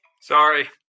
Sorry